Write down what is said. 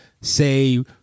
say